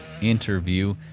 interview